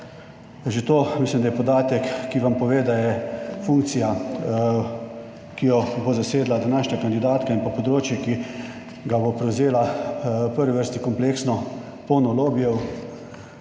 že to mislim, da je podatek, ki vam pove, da je funkcija, ki jo bo zasedla današnja kandidatka in pa področje, ki ga bo prevzela v prvi vrsti kompleksno, polno lobijev,